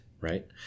right